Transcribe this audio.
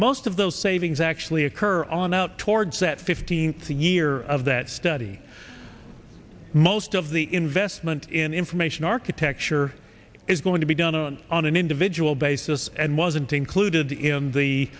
most of those savings actually occur on out towards that fifteen thirty year of that study most of the investment in information architecture is going to be done on an individual basis and wasn't included in the